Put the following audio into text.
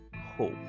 hope